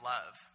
Love